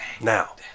now